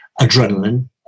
adrenaline